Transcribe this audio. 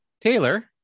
Taylor